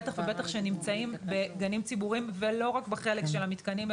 בטח ובטח שנמצאים בגנים ציבוריים ולא רק בחלק של המתקנים,